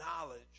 knowledge